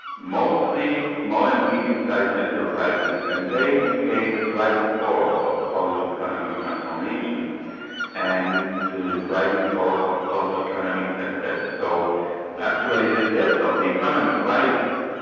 mostly small and medium-sized enterprises, and they became a driving force of polish economic transformation and the driving force of polish economic success. so actually the depth of the economy crisis,